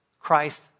Christ